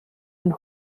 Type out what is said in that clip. and